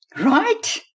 Right